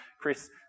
Chris